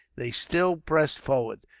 they still pressed forward,